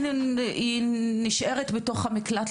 היא נשארת בתוך המקלט,